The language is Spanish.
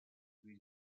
louis